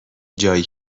جایی